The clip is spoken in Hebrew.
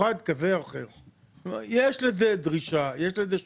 יש לזה דרישה, יש לזה שוק.